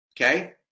Okay